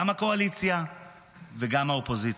גם הקואליציה וגם האופוזיציה.